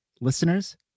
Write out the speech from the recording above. Listeners